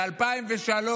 ב-2003,